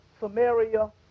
Samaria